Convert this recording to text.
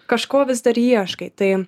kažko vis dar ieškai tai